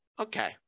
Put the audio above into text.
okay